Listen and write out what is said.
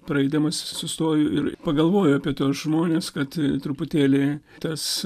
praeidamas sustoju ir pagalvoju apie tuos žmones kad truputėlį tas